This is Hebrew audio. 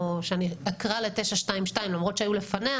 922 כך אני אקרא לה למרות שהיו לפניה